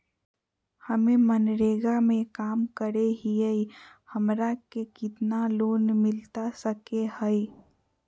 हमे मनरेगा में काम करे हियई, हमरा के कितना लोन मिलता सके हई?